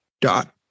dot